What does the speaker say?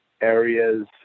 areas